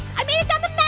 i made it down